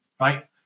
right